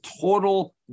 total